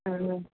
hello